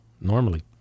normally